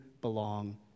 belong